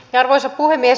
arvoisa puhemies